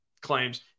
claims